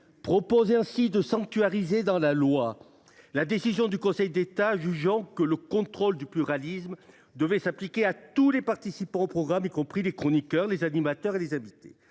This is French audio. prévoit de sanctuariser dans la loi la décision du Conseil d’État jugeant que le contrôle du pluralisme devait s’appliquer à tous les participants au programme, y compris les chroniqueurs, les animateurs et les invités.